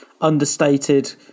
understated